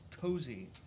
cozy